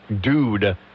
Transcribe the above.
dude